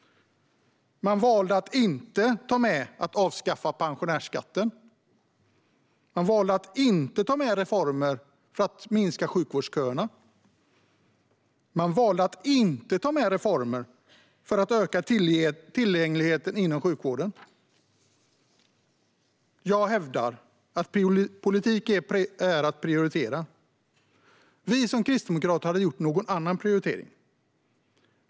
Man valde att inte ta med en avskaffning av pensionärsskatten. Man valde att inte ta med reformer för att minska sjukvårdsköerna. Man valde att inte ta med reformer för att tillgängligheten inom sjukvården ska öka. Jag hävdar att politik är att prioritera. Vi kristdemokrater hade gjort en annan prioritering.